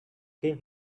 came